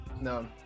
no